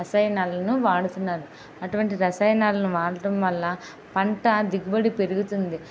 రసాయనాలను వాడుతున్నారు అటువంటి రసాయనాలను వాడడం వల్ల పంట దిగుబడి పెరుగుతుంది